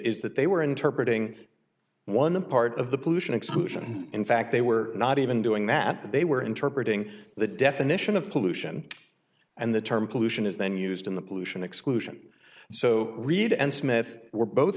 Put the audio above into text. is that they were interpretating one part of the pollution exclusion in fact they were not even doing that they were interpret ing the definition of pollution and the term pollution is then used in the pollution exclusion so read and smith were both